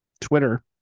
twitter